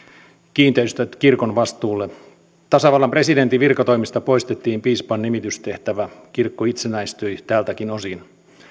kiinteistöt kirkon vastuulle tasavallan presidentin virkatoimista poistettiin piispan nimitystehtävä kirkko itsenäistyi tältäkin osin